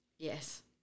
Yes